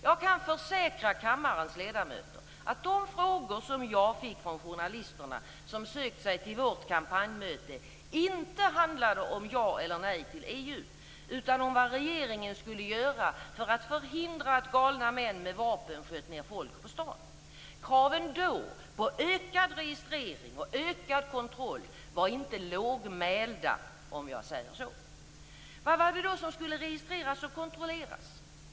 Jag kan försäkra kammarens ledamöter att de frågor som jag fick från journalisterna som sökt sig till vårt kampanjmöte inte handlade om ja eller nej till EU, utan om vad regeringen skulle göra för att förhindra att galna män med vapen sköt ned folk på stan. Kraven då på ökad registrering och ökad kontroll var inte lågmälda, om jag säger så. Vad var det då som skulle registreras och kontrolleras?